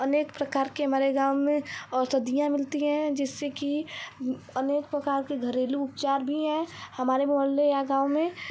अनेक प्रकार के हमारे गाँव में औषधियाँ मिलती हें जिससे कि अनेक प्रकार के घरेलू उपचार भी हैं हमारे मोहल्ले या गाँव में